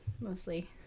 mostly